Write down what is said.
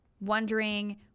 wondering